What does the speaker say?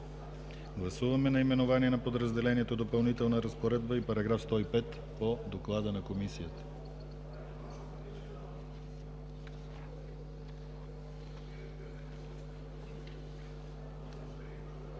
Гласуваме наименованието на подразделението „Допълнителна разпоредба“ и § 105 по доклада на Комисията.